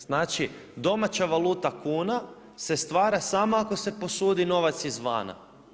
Znači, domaća valuta kuna se stvara samo ako se posudi novac izvana.